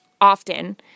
often